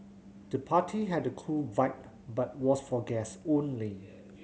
the party had a cool vibe but was for guests only